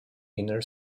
inner